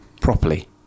properly